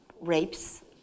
rapes